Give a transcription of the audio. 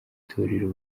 torero